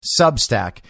Substack